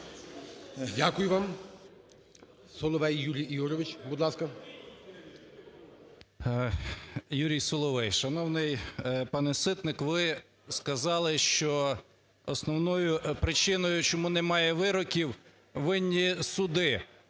Дякую вам. Соловей Юрій Ігорович, будь ласка. 13:35:43 СОЛОВЕЙ Ю.І. Юрій Соловей. Шановний пане Ситник, ви сказали, що основною причиною чому немає вироків винні суди.